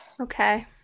okay